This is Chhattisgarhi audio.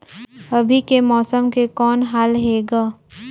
अभी के मौसम के कौन हाल हे ग?